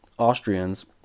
Austrians